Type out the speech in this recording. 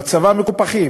הם בצבא מקופחים,